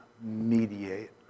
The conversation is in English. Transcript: mediate